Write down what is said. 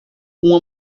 uma